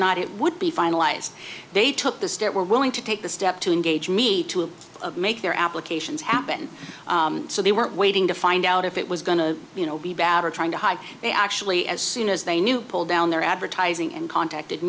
not it would be finalized they took the state were willing to take the step to engage me to make their applications happen so they weren't waiting to find out if it was going to you know be bad or trying to hide they actually as soon as they knew pulled down their advertising and contacted